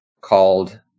called